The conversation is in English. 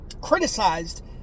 criticized